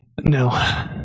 no